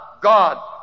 God